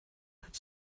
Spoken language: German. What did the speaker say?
hat